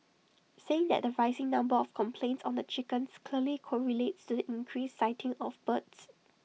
saying that the rising number of complaints on the chickens clearly correlates to the increased sighting of birds